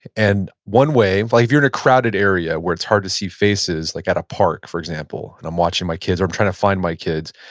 and one way, like if you're in a crowded area where it's hard to see faces, like at a park for example, and i'm watching my kids or i'm trying to find my kids,